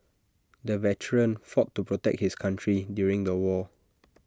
the veteran fought to protect his country during the war